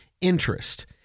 interest